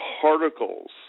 particles